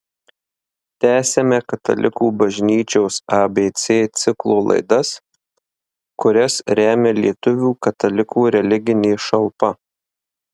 tęsiame katalikų bažnyčios abc ciklo laidas kurias remia lietuvių katalikų religinė šalpa